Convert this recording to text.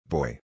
Boy